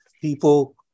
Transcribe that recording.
People